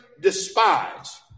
despise